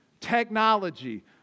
technology